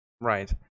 Right